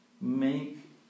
make